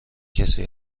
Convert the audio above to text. کسی